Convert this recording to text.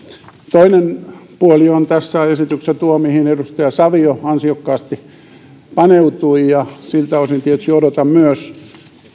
toinen puoli on tässä esityksessä tuo mihin edustaja savio ansiokkaasti paneutui ja siltä osin tietysti odotan myös